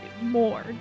More